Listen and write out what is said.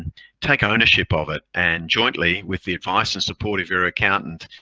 take ownership of it and jointly with the advice and support of your accountant,